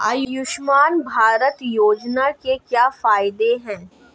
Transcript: आयुष्मान भारत योजना के क्या फायदे हैं?